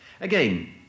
Again